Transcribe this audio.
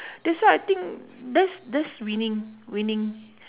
that's why I think that's that's winning winning